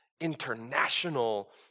international